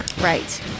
Right